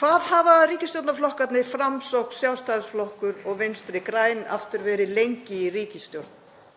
Hvað hafa ríkisstjórnarflokkarnir, Framsókn, Sjálfstæðisflokkur og Vinstri græn, aftur verið lengi í ríkisstjórn?